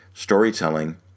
Storytelling